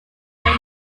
bei